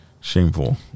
shameful